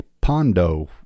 Pondo